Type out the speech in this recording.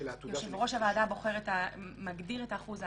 שיושב-ראש הוועדה מגדיר את אחוז העתודה?